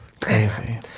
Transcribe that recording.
Crazy